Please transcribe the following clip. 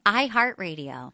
iHeartRadio